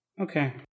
Okay